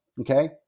okay